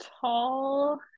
tall